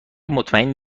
مطمئن